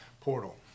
portal